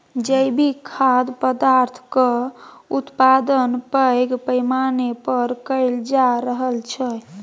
जैविक खाद्य पदार्थक उत्पादन पैघ पैमाना पर कएल जा रहल छै